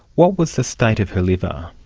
what was the state of her liver?